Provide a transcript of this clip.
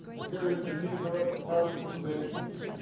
and here in geneva at the palace of the nations,